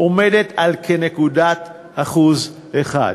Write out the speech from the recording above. עומדת על כנקודת אחוז אחד.